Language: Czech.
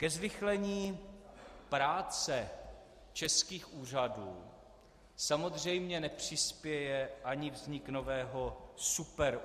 Ke zrychlení práce českých úřadů samozřejmě nepřispěje ani vznik nového superúřadu.